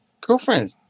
Girlfriend